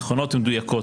נכונות ומדויקות.